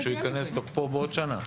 כתוב שהוא ייכנס לתוקף בעוד שנה.